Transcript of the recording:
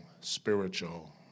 spiritual